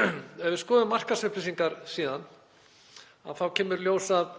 Ef við skoðum markaðsupplýsingar síðan þá kemur í ljós að